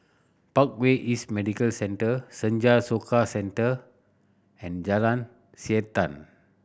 Parkway East Medical Centre Senja Soka Centre and Jalan Siantan